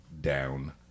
down